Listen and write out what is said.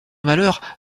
malheur